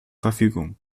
verfügung